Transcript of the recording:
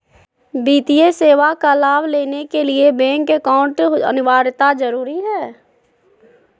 वित्तीय सेवा का लाभ लेने के लिए बैंक अकाउंट अनिवार्यता जरूरी है?